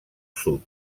sud